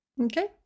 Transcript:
Okay